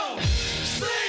sleep